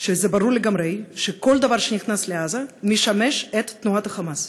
שזה ברור לגמרי שכל דבר שנכנס לעזה משמש את תנועת ה"חמאס".